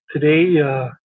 today